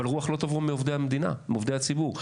אבל רוח לא תבוא מעובדי המדינה, מעובדי הציבור.